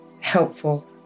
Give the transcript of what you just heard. helpful